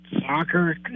Soccer